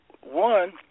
one